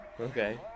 Okay